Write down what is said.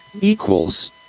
Equals